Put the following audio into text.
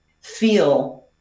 feel